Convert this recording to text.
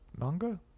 manga